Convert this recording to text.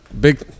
Big